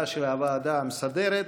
הוועדה המסדרת.